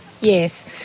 Yes